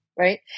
Right